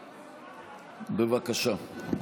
בבקשה.